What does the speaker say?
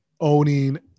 owning